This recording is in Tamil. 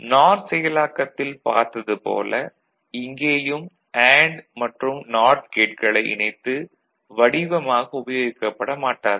நார் செயலாக்கத்தில் பார்த்தது போல இங்கேயும் அண்டு மற்றும் நாட் கேட்களை இணைத்து வடிவமாக உபயோகிக்கப்பட மாட்டாது